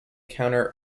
counter